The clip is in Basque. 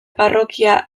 parrokia